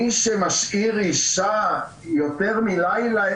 מי שמשאיר אישה יותר מלילה,